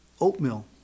oatmeal